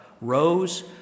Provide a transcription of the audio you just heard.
rose